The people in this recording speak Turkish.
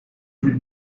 bir